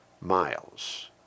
miles